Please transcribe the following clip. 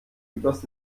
übers